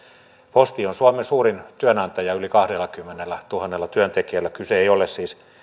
posti on suomen suurin työnantaja yli kahdellakymmenellätuhannella työntekijällä kyse ei ole siis